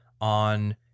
on